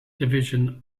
division